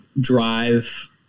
drive